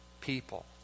people